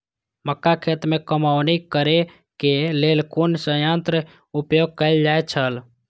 मक्का खेत में कमौनी करेय केय लेल कुन संयंत्र उपयोग कैल जाए छल?